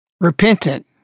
repentant